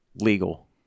legal